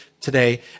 today